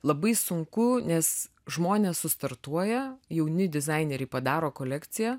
labai sunku nes žmonės sustartuoja jauni dizaineriai padaro kolekciją